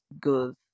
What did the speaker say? good